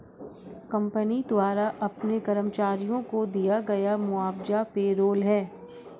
company द्वारा अपने कर्मचारियों को दिया गया मुआवजा पेरोल है